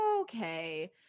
okay